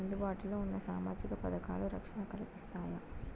అందుబాటు లో ఉన్న సామాజిక పథకాలు, రక్షణ కల్పిస్తాయా?